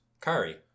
Kari